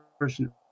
person